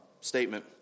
statement